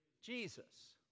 Jesus